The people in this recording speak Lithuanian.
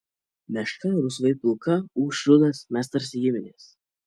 meška rusvai pilka ūš rudas mes tarsi giminės